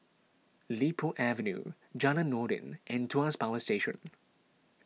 Li Po Avenue Jalan Noordin and Tuas Power Station